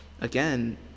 again